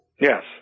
Yes